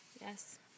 Yes